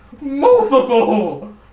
Multiple